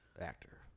actor